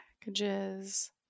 Packages